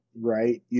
right